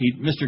Mr